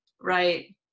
Right